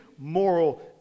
moral